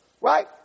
Right